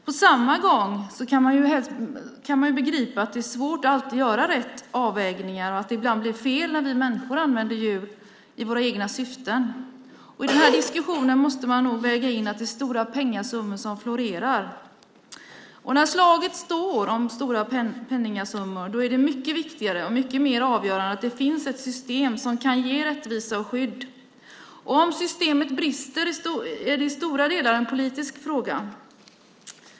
På samma gång kan man begripa att det är svårt att alltid göra rätt avvägningar och att det ibland blir fel när vi människor använder djur i våra egna syften. I den här diskussionen måste man väga in att det är stora pengasummor som florerar. När slaget står om stora pengasummor är det mycket viktigare och mer avgörande att det finns ett system som kan ge rättvisa och skydd. Om systemet brister är det i stora delar en politisk fråga.